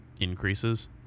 increases